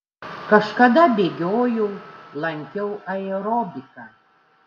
kažkada bėgiojau lankiau aerobiką